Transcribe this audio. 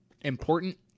important